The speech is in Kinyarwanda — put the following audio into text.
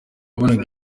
yabonaga